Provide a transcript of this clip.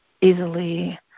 easily